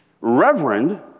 Reverend